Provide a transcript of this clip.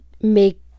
make